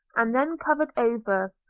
and then covered over.